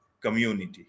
community